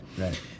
right